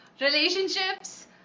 relationships